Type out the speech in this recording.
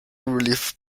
relief